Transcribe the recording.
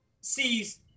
sees